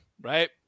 right